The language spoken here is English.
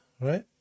right